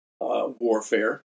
warfare